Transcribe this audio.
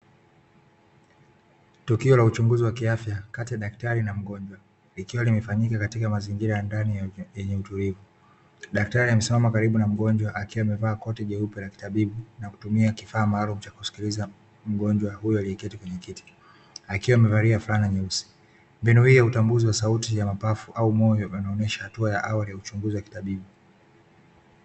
Tukio la uchunguzi wa kiafya kati ya daktari na mgonjwa, likiwa limefanyika katika mazingira ya ndani yenye utulivu. Daktari amesimama karibu na mgonjwa, akiwa amevaa koti jeupe la kitabibu na kutumia kifaa maalumu cha kuskiliza mgonjwa huyo aliyeketi kwenye kiti, akiwa amevalia fulana nyeusi. Mbinu hii ya utambuzi wa sauti ya mapafu au moyo vinaonyesha hatua ya awali ya uchunguzi wa kitabibu.